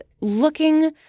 looking